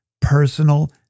personal